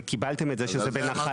וקיבלתם את זה שזה בנחלה,